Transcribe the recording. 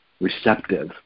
receptive